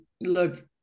look